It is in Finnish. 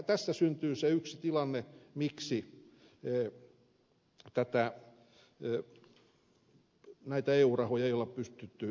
tästä syntyy se yksi tilanne miksi näitä eu rahoja ei ole pystytty riittävästi käyttämään